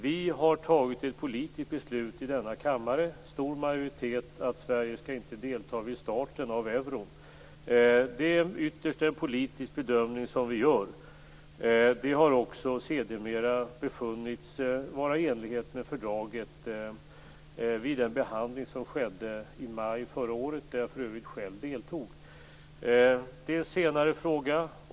Vi har fattat ett politiskt beslut i denna kammare i stor majoritet om att Sverige inte skall delta vid starten av euron. Det är ytterst en politisk bedömning som vi gör. Vi har också vid den behandling som skedde i maj förra året, där jag för övrigt själv deltog, befunnits vara i enlighet med fördraget.